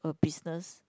a business